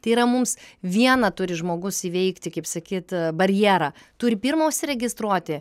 tai yra mums vieną turi žmogus įveikti kaip sakyt barjerą turi pirma užsiregistruoti